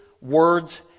words